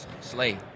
Slay